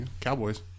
Cowboys